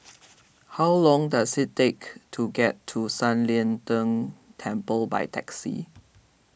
how long does it take to get to San Lian Deng Temple by taxi